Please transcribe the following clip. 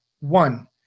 one